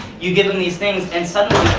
you give them these things, and suddenly,